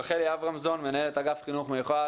רחל אברמזון, מנהלת אגף חינוך מיוחד.